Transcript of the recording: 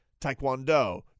taekwondo